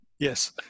Yes